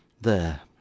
There